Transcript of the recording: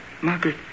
Margaret